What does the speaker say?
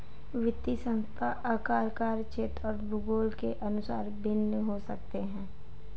वित्तीय संस्थान आकार, कार्यक्षेत्र और भूगोल के अनुसार भिन्न हो सकते हैं